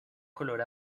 color